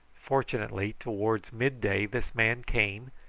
fortunately towards mid-day this man came,